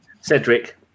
Cedric